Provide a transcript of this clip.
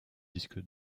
disque